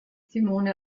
simone